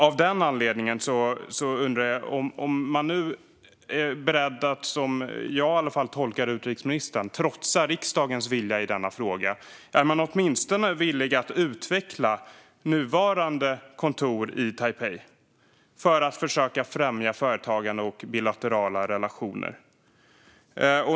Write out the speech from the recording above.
Av den anledningen undrar jag om man nu är beredd att trotsa riksdagens vilja i denna fråga, som jag i alla fall tolkar utrikesministern. Är man åtminstone villig att utveckla nuvarande kontor i Taipei för att försöka främja företagande och bilaterala relationer?